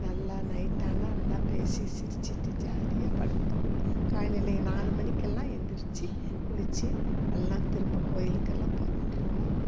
நல்லா நைட் ஆனால் எல்லாம் பேசி சிரிச்சிட்டு ஜாலியாக படுத்தோம் காலையில் நாலுமணிக்கெல்லாம் எந்திரிச்சு குளித்து எல்லாம் திரும்ப கோயிலுக்கெல்லாம் புறப்புட்ருவோம்